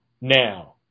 Now